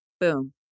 boom